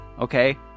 okay